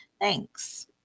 Thanks